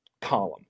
column